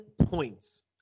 points